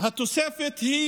התוספת היא